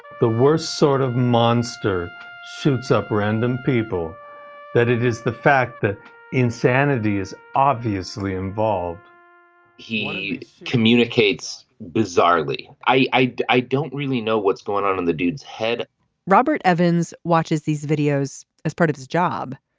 the worst sort of monster shoots up random people that it is the fact that insanity is obviously involved he communicates bizarrely. i i don't really know what's going on in the dude's head robert evans watches these videos as part of his job.